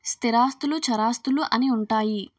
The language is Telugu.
స్థిరాస్తులు చరాస్తులు అని ఉంటాయి